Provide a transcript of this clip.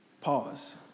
Pause